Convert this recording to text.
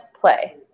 play